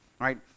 right